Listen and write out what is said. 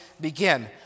begin